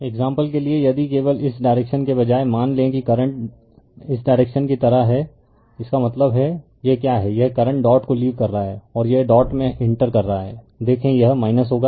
example के लिए यदि केवल इस डायरेक्शन के बजाय मान लें कि करंट डायरेक्शन इस तरह है इसका मतलब है यह क्या है यह करंट डॉट को लीव कर रहा है और यह डॉट में इंटर कर रहा है देखें यह होगा